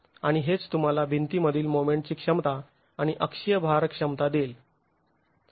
आणि हेच तुम्हाला भिंतीमधील मोमेंटची क्षमता आणि अक्षीय भार क्षमता देईल